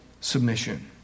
submission